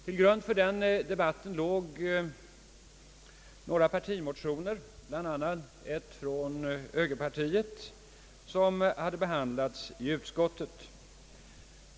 Till grund för den debatten låg några partimotioner, bl.a. en från högerpartiet.